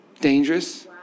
dangerous